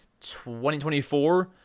2024